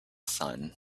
sun